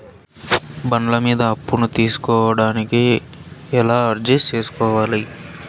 బండ్ల మీద అప్పును తీసుకోడానికి ఎలా అర్జీ సేసుకోవాలి?